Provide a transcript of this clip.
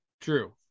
True